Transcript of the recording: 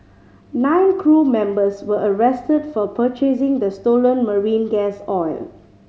nine crew members were arrested for purchasing the stolen marine gas oil